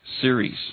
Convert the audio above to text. series